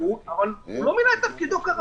עורך דין חדש לא נכנס אפילו, לא עומד בתנאי הסף.